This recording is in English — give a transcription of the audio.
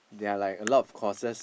ya like a lot of courses